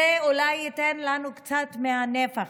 אולי תיתן לנו קצת מהנפח.